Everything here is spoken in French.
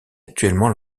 actuellement